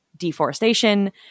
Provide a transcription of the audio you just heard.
Deforestation